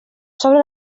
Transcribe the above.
sobre